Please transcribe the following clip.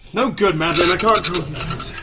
no good, madeleine! i can't concentrate!